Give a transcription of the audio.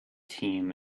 team